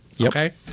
Okay